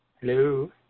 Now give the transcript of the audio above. Hello